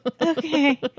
okay